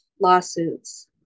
lawsuits